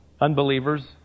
unbelievers